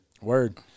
Word